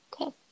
Okay